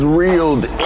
reeled